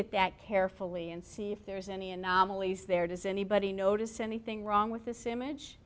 at that carefully and see if there's any anomalies there does anybody notice anything wrong with this image